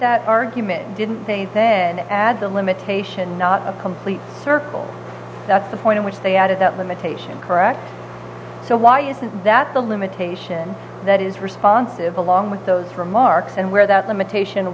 that argument didn't they then add a limitation not a complete circle that's the point in which they added that limitation correct so why isn't that the limitation that is responsive along with those remarks and where that limitation